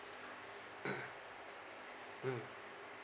mm